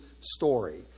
story